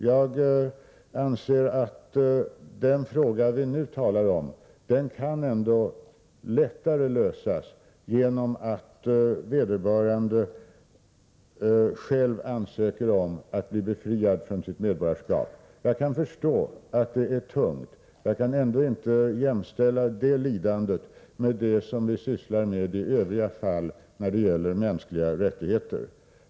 Jag anser att den fråga vi nu talar om ändå lättare kan lösas genom att vederbörande ansöker om att bli befriad från sitt medborgarskap. Jag kan förstå att det är tungt, men jag kan ändå inte jämställa det lidandet med det vi har att göra med i övriga fall när det gäller mänskliga rättigheter.